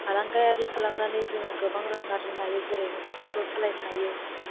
फालांगायारि खालामनानै जोङो गोबां रां आरजिनो हायो जेरै न'खरफोरखौ सालायनो हायो